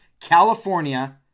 California